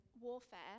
warfare